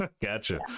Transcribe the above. Gotcha